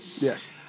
Yes